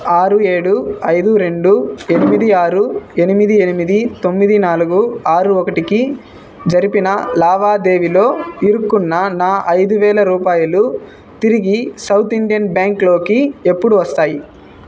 ఆరు ఏడు ఐదు రెండు ఎనిమిది ఆరు ఎనిమిది ఎనిమిది తొమ్మిది నాలుగు ఆరు ఒకటికి జరిపిన లావాదేవీలో ఇరుక్కున్న నా ఐదు వేలు రూపాయలు తిరిగి సౌత్ ఇండియన్ బ్యాంక్లోకి ఎప్పుడు వస్తాయి